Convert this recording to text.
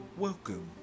Welcome